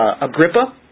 Agrippa